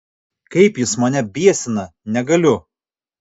kaip jis mane biesina negaliu